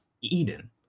eden